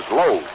low